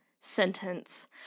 sentence